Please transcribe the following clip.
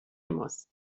ماست